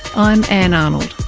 i'm ann arnold